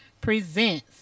presents